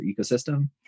ecosystem